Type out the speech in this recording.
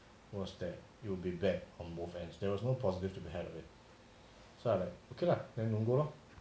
was that you will be back on both end as there was no positive to the head of it so I like okay lah then don't go lor